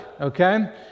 okay